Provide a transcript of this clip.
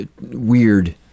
weird